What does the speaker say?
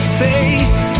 face